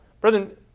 Brethren